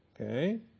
Okay